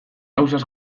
ausaz